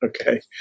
Okay